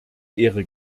ehre